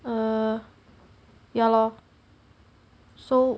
err ya lor so